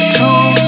True